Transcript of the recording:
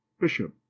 bishop